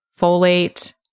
folate